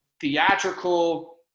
theatrical